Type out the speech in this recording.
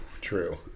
True